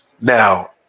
now